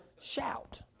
Shout